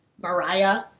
Mariah